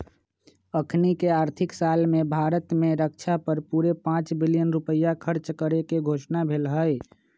अखनीके आर्थिक साल में भारत में रक्षा पर पूरे पांच बिलियन रुपइया खर्चा करेके घोषणा भेल हई